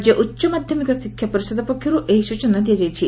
ରାଜ୍ୟ ଉଚ ମାଧମିକ ଶିକ୍ଷା ପରିଷଦ ପକ୍ଷରୁ ଏହି ସୂଚନା ଦିଆଯାଇଛି